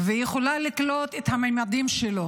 ויכולה לקלוט את הממדים שלו